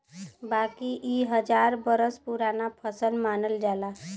बाकी इ हजार बरस पुराना फसल मानल जाला